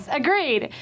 agreed